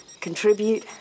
Contribute